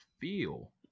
feel